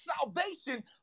salvation